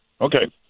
Okay